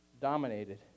dominated